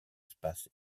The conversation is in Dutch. spatie